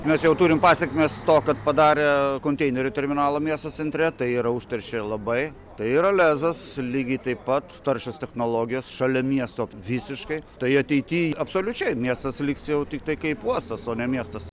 mes jau turim pasekmes to kad padarė konteinerių terminalą miesto centre tai yra užteršė labai tai yra lezas lygiai taip pat taršios technologijos šalia miesto visiškai tai ateity absoliučiai miestas liks jau tiktai kaip uostas o ne miestas